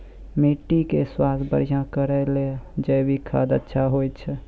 माटी के स्वास्थ्य बढ़िया करै ले जैविक खाद अच्छा होय छै?